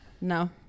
No